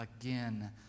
again